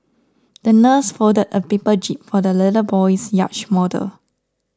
the nurse folded a paper jib for the little boy's yacht model